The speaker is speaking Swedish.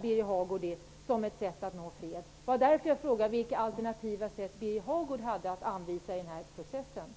Birger Hagård avvisar detta som ett sätt att nå fred. Därför frågade jag vilka alternativa vägar Birger Hagård har att anvisa i denna process.